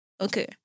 Okay